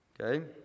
Okay